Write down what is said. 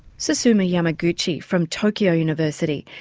susumu yamaguchi from tokyo university.